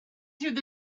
through